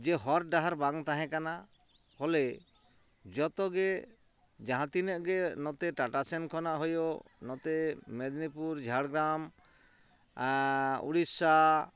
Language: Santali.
ᱡᱮ ᱦᱚᱨ ᱰᱟᱦᱟᱨ ᱵᱟᱝ ᱛᱟᱦᱮᱸ ᱠᱟᱱᱟ ᱯᱷᱚᱞᱮ ᱡᱚᱛᱚᱜᱮ ᱡᱟᱦᱟᱸ ᱛᱤᱱᱟᱹᱜ ᱜᱮ ᱱᱚᱛᱮ ᱴᱟᱴᱟᱥᱮᱱ ᱠᱷᱚᱱᱟᱜ ᱦᱩᱭᱩᱜ ᱱᱚᱛᱮ ᱢᱮᱫᱽᱱᱤᱯᱩᱨ ᱡᱷᱟᱲᱜᱨᱟᱢ ᱩᱲᱤᱥᱥᱟ